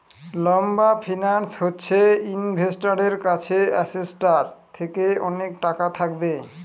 লম্বা ফিন্যান্স হচ্ছে ইনভেস্টারের কাছে অ্যাসেটটার থেকে অনেক টাকা থাকবে